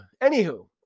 Anywho